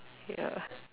ya